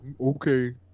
okay